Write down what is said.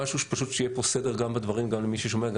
פשוט שיהיה פה סדר בדברים גם למי ששומע,